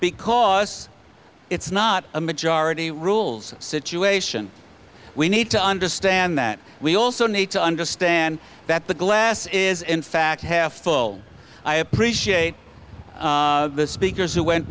because it's not a majority rules situation we need to understand that we also need to understand that the glass is in fact half full i appreciate the speakers who went